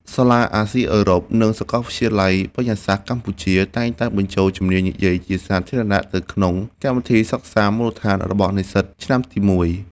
សាលាអាស៊ីអឺរ៉ុប និងសកលវិទ្យាល័យបញ្ញាសាស្ត្រកម្ពុជា តែងតែបញ្ចូលជំនាញនិយាយជាសាធារណៈទៅក្នុងកម្មវិធីសិក្សាមូលដ្ឋានរបស់និស្សិតឆ្នាំទីមួយ។